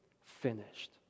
finished